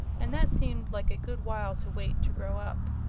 and that seemed like a good while to wait to grow up.